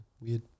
Weird